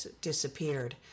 disappeared